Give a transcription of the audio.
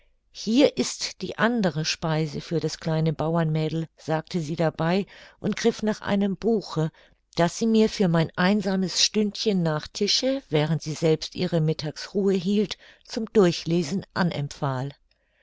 hier ist andere speise für das kleine bauermädel sagte sie dabei und griff nach einem buche das sie mir für mein einsames stündchen nach tische während sie selbst ihre mittagsruhe hielt zum durchlesen anempfahl